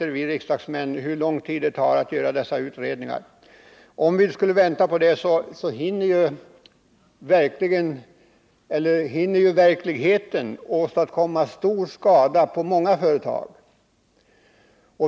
Thage Peterson sade själv erfarenhet hur lång tid det tar att göra d sa utredningar. Skulle vi vänta på dem hinner verkligheten åstadkomma stor skada på många företag.